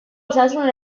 osasun